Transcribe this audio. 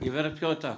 גברת פיונטק,